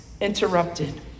interrupted